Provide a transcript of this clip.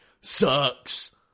sucks